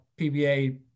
PBA